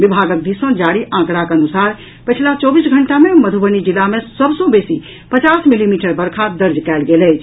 विभागक दिस सँ जारी आंकड़ाक अनुसार पछिला चौबीस घंटा मे मधुबनी जिला मे सभ सँ बेसी पचास मिलीमीटर वर्षा दर्ज कयल गेल अछि